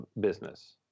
business